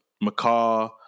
macaw